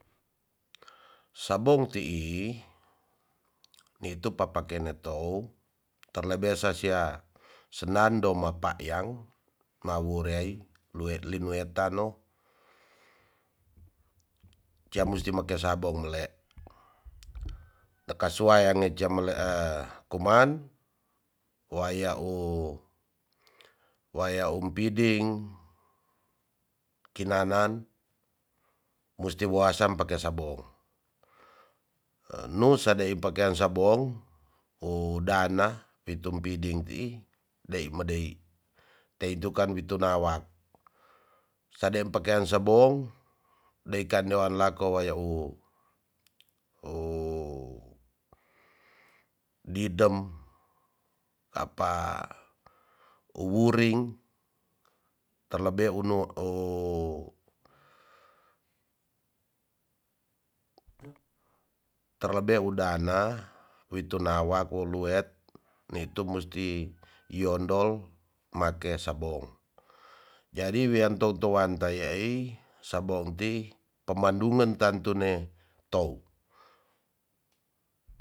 Sabong tii nitu papake ne tou terlebe sa sia senanado ma payang ma wurei linue tano ja musti make sabong mele leka suwayang neca male a kuman wa ya u. waya umpiding kinanan musti woasam pake sabon nu sadei pakean sabong u dana wi tumpiding tii dei ma dei teitu kan wi tunawang sa dem pakeang sabong dei kando wa lako waya u didem kapa uwuring terlebe unu u terlebe udana wi tunawak wuluet nitu musti yondol make sabong jadi wean tou tou wanta yaai sabong tii pemandungan tantu ne tou.